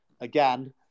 again